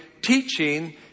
teaching